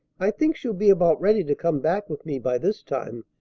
i think she'll be about ready to come back with me by this time,